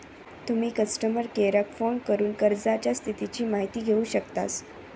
तुम्ही कस्टमर केयराक फोन करून कर्जाच्या स्थितीची माहिती घेउ शकतास